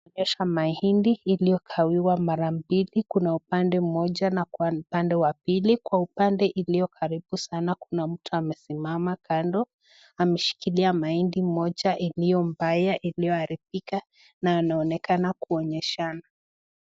Tunaonyeshwa mahindi iliyogawiwa mara mbili, kuna upande mmoja na upande wa pili. Kwa upande ulio karibu sana kuna mtu amesimama kando ameshikilia mahindi moja iliyo mbaya, iliyo haribika na anaonekana kuonyeshana.